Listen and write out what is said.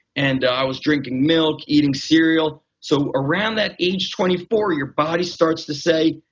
and i was drinking milk, eating cereal. so around that age twenty four your body starts to say,